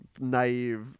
naive